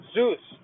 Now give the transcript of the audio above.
Zeus